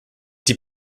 die